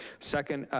second,